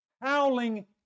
howling